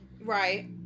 Right